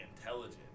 intelligent